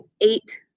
eight